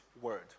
word